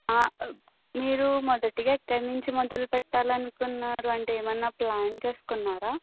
మీరు మొదటిగా ఎక్కడ నుంచి మొదలుపెట్టాలి అనుకున్నారు అంటే ఏమన్నా ప్లాన్ చేసుకున్నారా